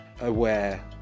aware